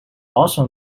also